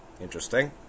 Interesting